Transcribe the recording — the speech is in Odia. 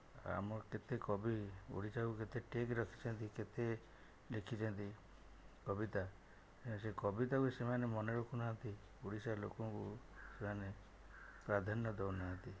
ଆମର କେତେ କବି ଓଡ଼ିଶାକୁ ଟେକ ରଖିଛନ୍ତି କେତେ ଲେଖିଛନ୍ତି କବିତା ସେ କବିତାକୁ ସେମାନେ ମାନେରଖୁନାହାନ୍ତି ଓଡ଼ିଶାର ଲୋକଙ୍କୁ ସେମାନେ ପ୍ରାଧାନ୍ୟ ଦେଉନାହାନ୍ତି